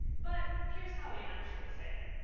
but here's how we actually say it.